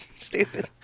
Stupid